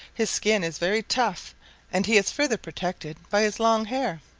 his skin is very tough and he is further protected by his long hair.